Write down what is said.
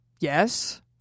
Yes